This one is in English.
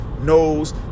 knows